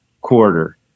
quarter